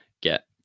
get